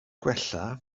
gwella